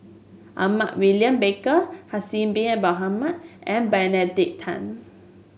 Edmund William Barker Haslir Bin Ibrahim and Benedict Tan